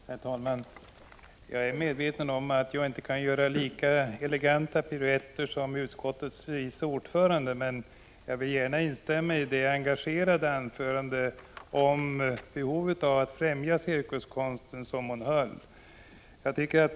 Herr talman! Jag är medveten om att jag inte kan göra lika eleganta piruetter som utskottets vice ordförande, men vill gärna instämma i hennes engagerade anförande om behovet av att främja cirkuskonsten.